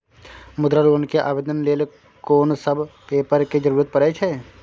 मुद्रा लोन के आवेदन लेल कोन सब पेपर के जरूरत परै छै?